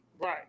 Right